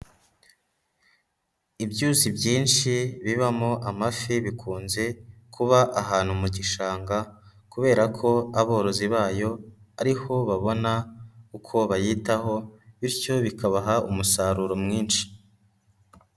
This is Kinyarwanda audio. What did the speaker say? Ibyuzi byinshi bibamo amafi bikunze kuba ahantu mu gishanga kubera ko aborozi bayo ariho babona uko bayitaho bityo bikabaha umusaruro mwinshi.